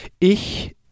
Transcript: Ich